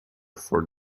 for